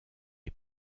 est